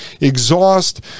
exhaust